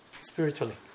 spiritually